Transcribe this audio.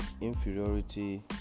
inferiority